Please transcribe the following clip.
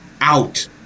out